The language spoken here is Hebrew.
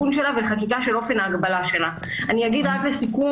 ואני אומר את זה לדרגים.